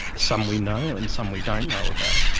some we know and some we don't know about,